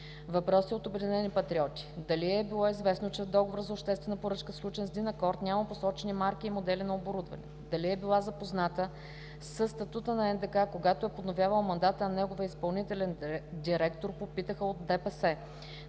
Въпроси от „Обединени патриоти“: дали й е било известно, че в договора за обществена поръчка, сключен с „Динакорд“ няма посочени марка и модел на оборудване? Въпроси от ДПС: дали е била запозната със статута на НДК, когато е подновявала мандата на неговия изпълнителен директор? Въпроси от